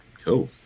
Cool